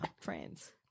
friends